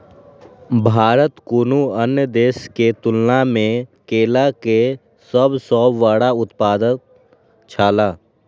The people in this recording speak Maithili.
भारत कुनू अन्य देश के तुलना में केला के सब सॉ बड़ा उत्पादक छला